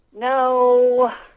No